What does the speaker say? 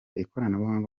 ikoranabuhanga